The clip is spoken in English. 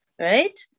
right